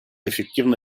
эффективны